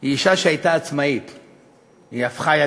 היא הייתה אישה מוכשרת.